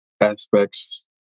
aspects